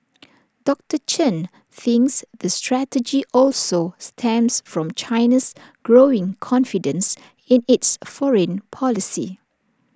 doctor Chen thinks the strategy also stems from China's growing confidence in its foreign policy